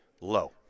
low